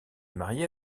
mariée